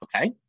Okay